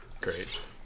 Great